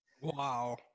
Wow